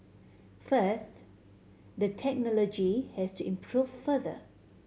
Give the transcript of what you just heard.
first the technology has to improve further